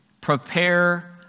prepare